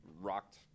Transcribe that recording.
rocked